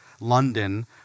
London